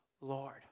Lord